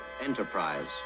Enterprise